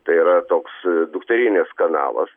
tai yra toks dukterinis kanalas